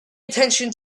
attention